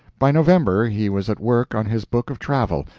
by november he was at work on his book of travel,